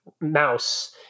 mouse